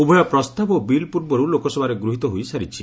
ଉଭୟ ପ୍ରସ୍ତାବ ଓ ବିଲ୍ ପୂର୍ବରୁ ଲୋକସଭାରେ ଗୃହୀତ ହୋଇ ସାରିଛି